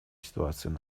ситуацией